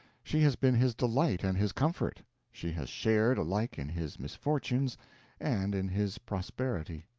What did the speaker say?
she has been his delight and his comfort she has shared alike in his misfortunes and in his prosperity.